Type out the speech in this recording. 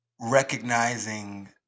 recognizing